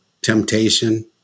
temptation